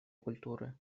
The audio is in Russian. культуры